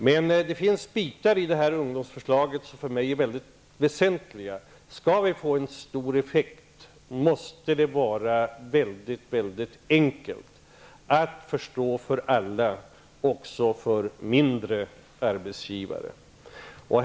Men det finns bitar i detta ungdomsförslag som jag bedömer som mycket väsentliga. Skall vi få en stor effekt, måste åtgärderna vara väldigt enkla att förstå för alla, också för mindre arbetsgivare.